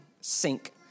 sink